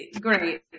great